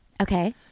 Okay